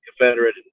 Confederate